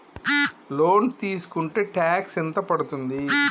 Loan తీస్కుంటే tax ఎంత పడ్తుంది?